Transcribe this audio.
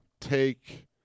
take